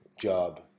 job